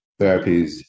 therapies